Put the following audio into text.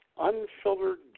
Unfiltered